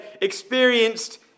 experienced